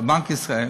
בבנק ישראל,